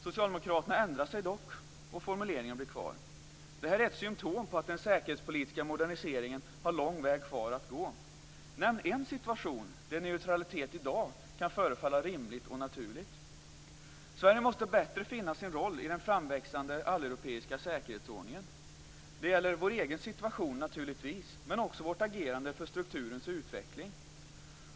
Socialdemokraterna ändrade sig dock, och formuleringen blir kvar. Det här är ett symtom på att den säkerhetspolitiska moderniseringen har lång väg kvar att gå. Nämn en situation där neutralitet i dag kan förefalla rimligt och naturligt! Sverige måste bättre finna sin roll i den framväxande alleuropeiska säkerhetsordningen. Det gäller naturligtvis vår egen situation, men också vårt agerande för strukturens utveckling.